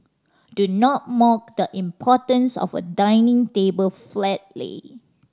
do not mock the importance of a dinner table flat lay